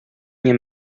nie